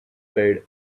paid